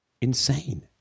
insane